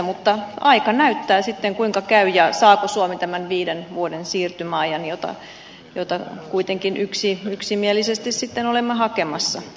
mutta aika näyttää sitten kuinka käy ja saako suomi tämän viiden vuoden siirtymäajan jota kuitenkin yksimielisesti olemme hakemassa